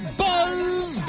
buzz